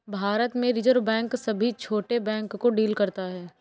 भारत में Reserve Bank सभी छोटे बैंक को डील करता है